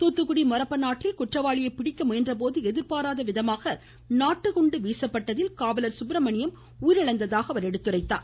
தூத்துகுடி மொரப்பநாட்டில் குற்றவாளியை பிடிக்க முயன்றபோது எதிர்பாராத விதமாக நாட்டு குண்டு வீசப்பட்டதில் காவலர் சுப்ரமணியன் உயிரிழந்ததாக எடுத்துரைத்தார்